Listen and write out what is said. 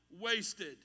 wasted